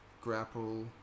grapple